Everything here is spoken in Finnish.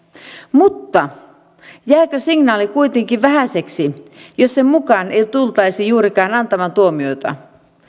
mutta jääkö signaali kuitenkin vähäiseksi jos sen mukaan ei tultaisi juurikaan antamaan tuomioita